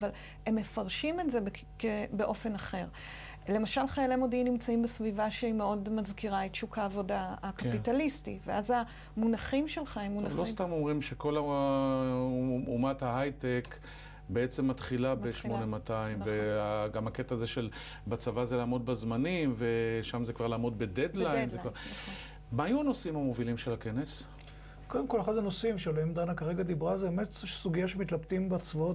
אבל הם מפרשים את זה באופן אחר. למשל, חיילי מודיעין נמצאים בסביבה שהיא מאוד מזכירה את שוק העבודה הקפיטליסטי. ואז המונחים שלך הם מונחים... לא סתם אומרים שכל אומת ההייטק בעצם מתחילה ב-8200, גם הקטע הזה של בצבא זה לעמוד בזמנים, ושם זה כבר לעמוד בדדליין. בדדליין. מה היו הנושאים המובילים של הכנס? קודם כל, אחד הנושאים שעליהם דנה כרגע דיברה, זה באמת סוגיה שמתלבטים בה צבאות.